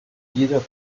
jeder